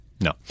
No